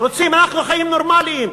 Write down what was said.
אנחנו רוצים חיים נורמליים.